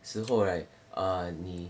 时候 right err 你